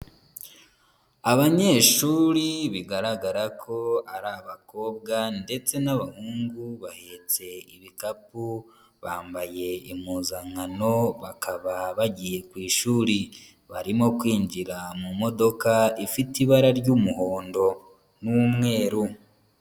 Abanyeshuri bigaragara ko ari abakobwa ndetse n'abahungu bahetse ibikapu, bambaye impuzankano bakaba bagiye ku ishuri. Barimo kwinjira mu modoka ifite ibara ry'umuhondo n'umweru.